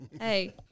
Hey